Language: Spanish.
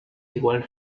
igual